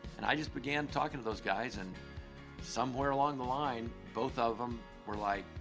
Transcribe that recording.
and i just began talking to those guys and somewhere along the line both of them were like,